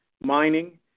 mining